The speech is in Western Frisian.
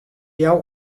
jou